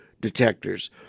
detectors